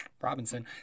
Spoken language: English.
Robinson